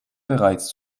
bereits